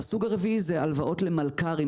והסוג הרביעי זה הלוואות למלכ"רים.